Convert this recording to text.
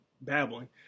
babbling